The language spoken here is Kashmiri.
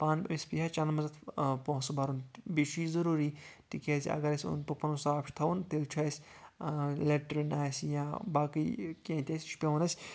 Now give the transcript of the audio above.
پانہٕ اَسہِ پیٚیہِ ہا چنٛدٕ منٛز اَتھ پونٛسہٕ برُن بیٚیہِ چھُ یہِ ضروٗری تِکیٚازِ اَگر أسۍ اوند پوٚک پَنُن صاف چھُ تھاوُن تیٚلہِ چھُ اَسہِ لیٹرِن آسہِ یا باقے کیٚنٛہہ تہِ آسہِ سُہ چھُ پیٚوان اَسہِ